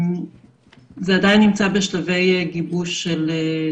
זה עדיין נמצא בשלבי גיבוש של תזכיר.